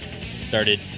started